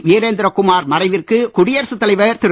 வீரேந்திர குமார் மறைவிற்கு குடியரசுத் தலைவர் திரு